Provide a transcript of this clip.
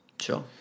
Sure